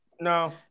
No